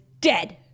dead